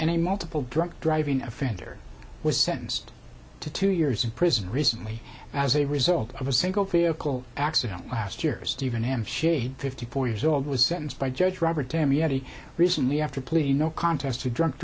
and a multiple drunk driving offender was sentenced to two years in prison recently as a result of a single vehicle accident last year's stephen m shade fifty four years old was sentenced by judge robert tamiami recently after pleading no contest to drunk